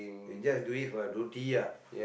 you just do it for your duty ah